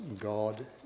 God